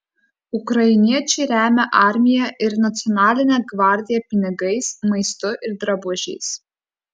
ukrainiečiai remia armiją ir nacionalinę gvardiją pinigais maistu ir drabužiais